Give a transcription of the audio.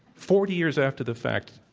forty years after the fact.